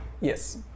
Yes